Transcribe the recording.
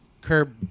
Curb